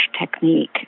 technique